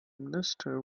minister